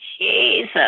Jesus